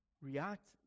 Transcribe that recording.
react